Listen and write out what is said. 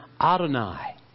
Adonai